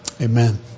Amen